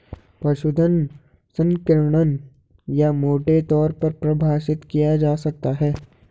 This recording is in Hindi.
पशुधन संकीर्ण या मोटे तौर पर परिभाषित किया जा सकता है